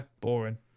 Boring